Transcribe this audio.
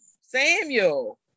Samuel